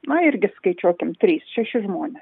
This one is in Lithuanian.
na irgi skaičiuokim trys šeši žmonės